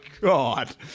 God